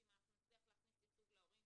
שאם נצליח להכניס ייצוג להורים,